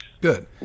Good